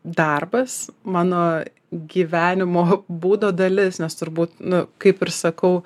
darbas mano gyvenimo būdo dalis nes turbūt nu kaip ir sakau